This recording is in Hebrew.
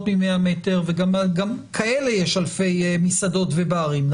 מ-100 מטר וגם כאלה יש אלפי מסעדות ובארים,